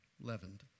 leavened